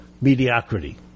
mediocrity